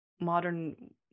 modern